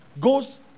Goes